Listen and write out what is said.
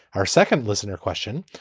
our second listener question,